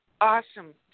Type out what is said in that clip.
awesome